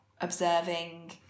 observing